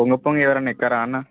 పోగా పోగా ఎవరన్నా ఎక్కారా అన్నా